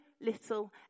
little